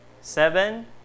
Seven